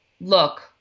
look